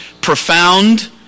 profound